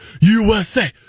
USA